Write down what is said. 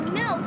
no